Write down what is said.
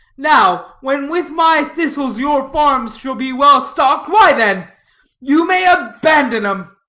now, when with my thistles your farms shall be well stocked, why then you may abandon em!